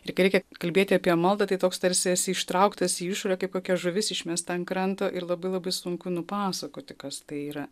ir kai reikia kalbėti apie maldą tai toks tarsi esi ištrauktas į išorę kaip kokia žuvis išmesta ant kranto ir labai labai sunku nupasakoti kas tai yra